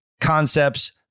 concepts